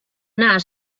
anar